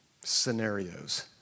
scenarios